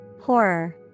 Horror